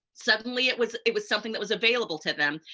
suddenly, it was it was something that was available to them,